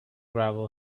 gravel